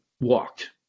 walked